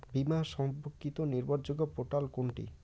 বীমা সম্পর্কিত নির্ভরযোগ্য পোর্টাল কোনটি?